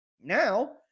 now